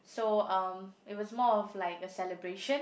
so um it was more of like a celebration